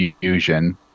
Fusion